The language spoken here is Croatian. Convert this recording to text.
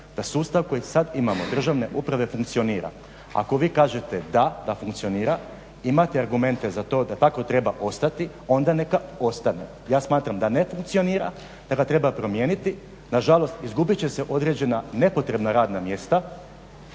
da sustav kojeg sada imamo državne uprave funkcionira. Ako vi kažete da, da funkcionira, imate argumente za to da tako treba ostati onda neka ostane. Ja smatram da ne funkcionira, da ga treba promijeniti. Nažalost izgubiti će se određena nepotrebna radna mjesta